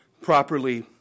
properly